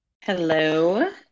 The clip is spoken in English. Hello